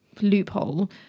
loophole